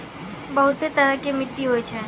बहुतै तरह के मट्टी होय छै